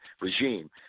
regime